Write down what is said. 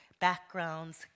backgrounds